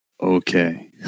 Okay